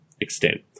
extent